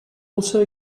also